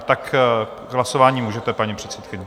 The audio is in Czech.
Tak k hlasování můžete, paní předsedkyně.